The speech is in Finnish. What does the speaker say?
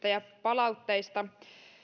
ja palautteista